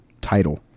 title